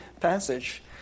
passage